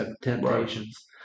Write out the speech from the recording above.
temptations